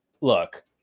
look